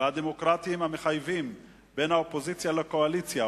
והדמוקרטיים המחייבים בין האופוזיציה לקואליציה,